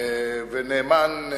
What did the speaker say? והשר נאמן,